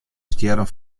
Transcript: stjerren